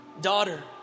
daughter